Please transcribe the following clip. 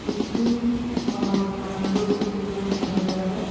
যিটো সময়ত যিমানটো ওজন বাঢ়িব লাগে